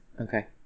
Okay